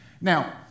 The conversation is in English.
Now